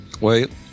Wait